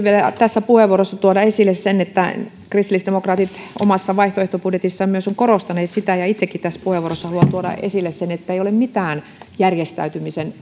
vielä tässä puheenvuorossa tuoda esille sen että kristillisdemokraatit omassa vaihtoehtobudjetissaan myös ovat korostaneet sitä ja itsekin tässä puheenvuorossa haluan tuoda esille sen että ei ole mitään järjestäytymisen